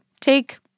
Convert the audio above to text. Take